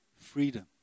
freedom